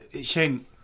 Shane